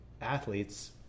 athletes